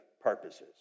purposes